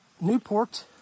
Newport